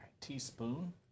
Teaspoon